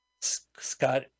Scott